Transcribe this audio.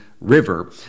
river